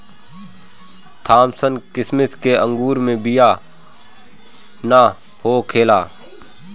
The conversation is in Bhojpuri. थामसन किसिम के अंगूर मे बिया ना होखेला